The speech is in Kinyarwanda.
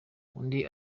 undi